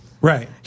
Right